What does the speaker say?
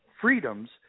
freedoms